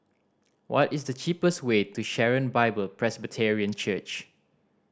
what is the cheapest way to Sharon Bible Presbyterian Church